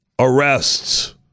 arrests